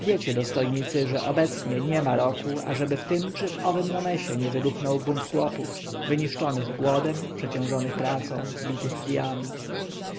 wiecie dostojnicy że obecnie niema roku ażeby w tym czy owym nomesie nie wybuchnął bunt chłopów wyniszczonych głodem przeciążonych pracą bitych kijami